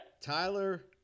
Tyler